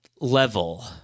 level